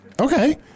Okay